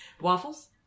Waffles